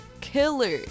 killer